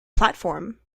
platform